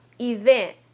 event